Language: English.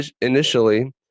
initially